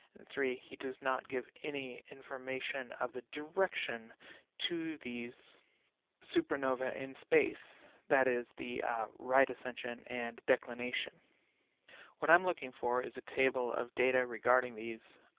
he does not give any information of the direction to these supernovae in space. that is, the right-ascension and declination what i'm looking for is a table of data regarding these